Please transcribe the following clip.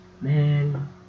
man